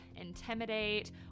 intimidate